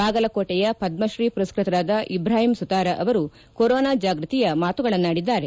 ಬಾಗಲಕೋಟೆಯ ಪದ್ಮಶ್ರೀ ಪುರಸ್ಕ ತರಾದ ಇಬ್ರಾಹಿಂ ಸುತಾರ ಅವರು ಕೊರೊನಾ ಜಾಗೃತಿಯ ಮಾತುಗಳನ್ನಾಡಿದ್ದಾರೆ